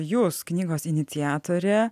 jūs knygos iniciatorė